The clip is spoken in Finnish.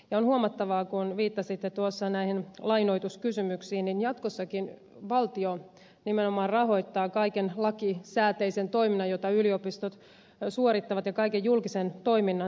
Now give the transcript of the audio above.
on huomattava kun viittasitte tuossa näihin lainoituskysymyksiin että jatkossakin valtio nimenomaan rahoittaa kaiken lakisääteisen toiminnan jota yliopistot suorittavat ja kaiken julkisen toiminnan siellä